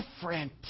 different